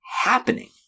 happening